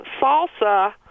salsa